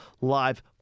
live